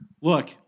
Look